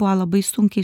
buvo labai sunkiai